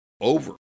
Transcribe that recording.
Over